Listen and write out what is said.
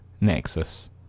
Nexus